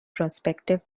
prospective